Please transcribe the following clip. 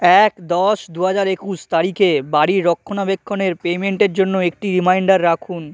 এক দশ দু হাজার একুশ তারিখে বাড়ির রক্ষণাবেক্ষণের পেমেন্টের জন্য একটি রিমাইন্ডার রাখুন